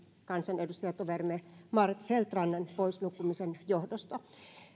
kansanedustajatoverimme maarit feldt rannan poisnukkumisen johdosta